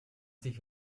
sich